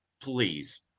please